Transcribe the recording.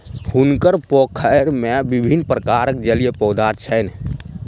हुनकर पोखैर में विभिन्न प्रकारक जलीय पौधा छैन